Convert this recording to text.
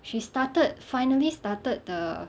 she started finally started the